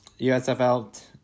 USFL